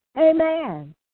Amen